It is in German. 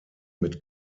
mit